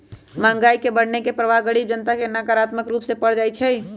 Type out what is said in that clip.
महंगाई के बढ़ने के प्रभाव गरीब जनता पर नकारात्मक रूप से पर जाइ छइ